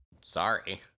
Sorry